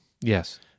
Yes